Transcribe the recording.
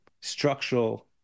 structural